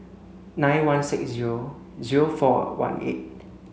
nine one six zero zero four one eight